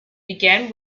began